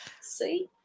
See